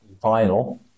final